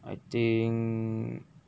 I think